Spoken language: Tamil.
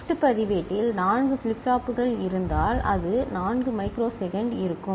ஷிப்ட் பதிவேட்டில் 4 ஃபிளிப் ஃப்ளாப்புகள் இருந்தால் அது 4 மைக்ரோ செகண்ட் இருக்கும்